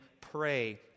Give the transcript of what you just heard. pray